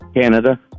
Canada